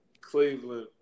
Cleveland